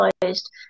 closed